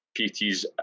PTs